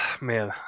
man